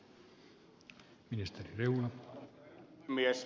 arvoisa herra puhemies